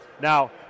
Now